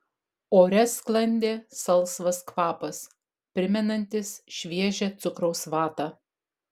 ore sklandė salsvas kvapas primenantis šviežią cukraus vatą